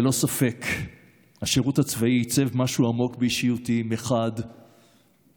ללא ספק השירות הצבאי עיצב משהו עמוק באישיותי מחד גיסא,